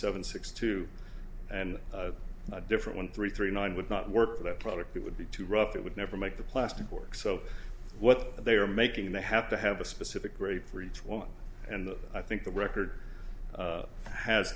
seven six two and a different one three three nine would not work for that product it would be too rough it would never make the plastic work so what they are making they have to have a specific grey for each one and i think the record